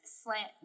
slant